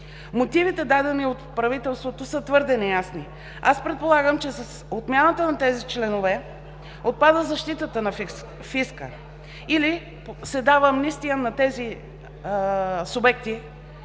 Мотивите, дадени от правителството, са твърди неясни. Аз предполагам, че с отмяната на тези членове, отпада защитата на фиска или се дава амнистия на тези субекти,